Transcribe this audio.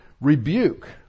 Rebuke